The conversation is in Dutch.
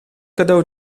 cadeau